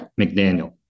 McDaniel